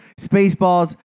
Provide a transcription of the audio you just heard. Spaceballs